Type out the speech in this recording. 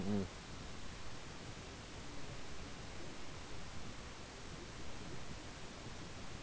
mm